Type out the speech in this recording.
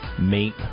mate